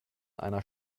einer